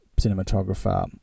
cinematographer